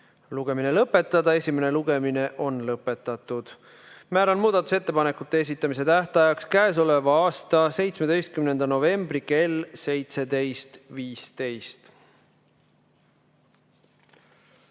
lugemine lõpetada. Esimene lugemine on lõpetatud. Määran muudatusettepanekute esitamise tähtajaks k.a 17. novembri kell 17.15.